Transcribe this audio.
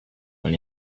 when